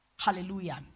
Hallelujah